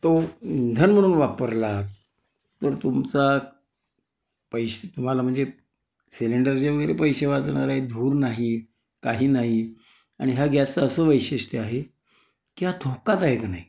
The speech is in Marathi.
तो इंधन म्हणून वापरलात तर तुमचा पैसे तुम्हाला म्हणजे सिलेंडरचे वगैरे पैसे वाचणार आहे धूर नाही काही नाही आणि हा गॅसच असं वैशिष्ट्य आहे की हा धोकादायक नाही